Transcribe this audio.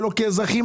לאזרחים,